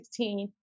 2016